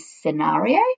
scenario